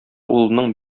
улының